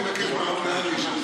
אני אבקש מהרב נהרי,